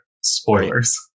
Spoilers